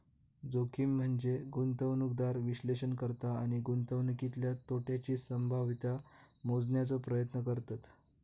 जोखीम म्हनजे गुंतवणूकदार विश्लेषण करता आणि गुंतवणुकीतल्या तोट्याची संभाव्यता मोजण्याचो प्रयत्न करतत